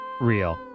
real